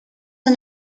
son